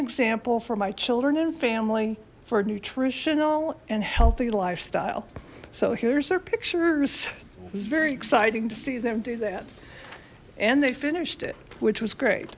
example for my children and family for a nutritional and healthy lifestyle so here's our pictures was very exciting to see them do that and they finished it which was great